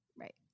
Right